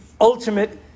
ultimate